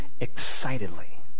excitedly